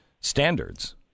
standards